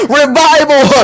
revival